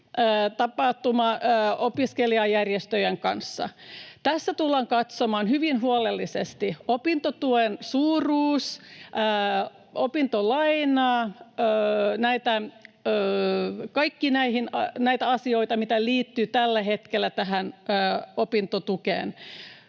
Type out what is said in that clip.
keskustelutapahtuma opiskelijajärjestöjen kanssa. Tässä tullaan katsomaan hyvin huolellisesti opintotuen suuruutta, opintolainaa, kaikkia näitä asioita, mitä liittyy tällä hetkellä tähän opintotukeen.